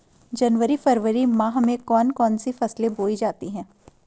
जनवरी फरवरी माह में कौन कौन सी फसलें बोई जाती हैं?